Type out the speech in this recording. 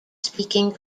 speaking